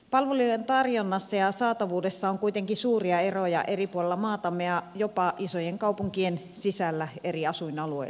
palvelujen tarjonnassa ja saatavuudessa on kuitenkin suuria eroja eri puolilla maatamme ja jopa isojen kaupunkien sisällä eri asuinalueilla